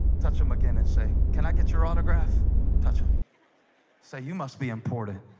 touch them again and say can i get your autograph touching say you must be important